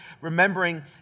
remembering